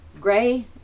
Gray